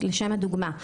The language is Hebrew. אתן דוגמה,